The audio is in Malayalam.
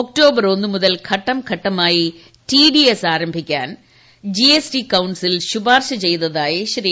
ഒക്ടോബർ ഒന്ന് മുതൽ ഘട്ടം ഘട്ടമായി ്ടിഡിഎസ് ആരംഭിക്കാൻ ജിഎസ്ടി കൌൺസിൽ ശുപാർശ്ശ് ച്ചെയ്തതായി ശ്രീ